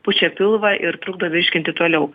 pučia pilvą ir trukdo virškinti toliau